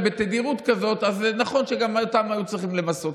בתדירות כזאת אז נכון שגם אותם היו צריכים למסות.